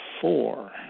four